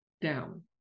down